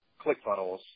ClickFunnels